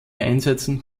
einsätzen